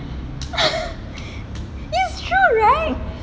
it's true right